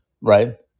Right